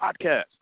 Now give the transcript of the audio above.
podcast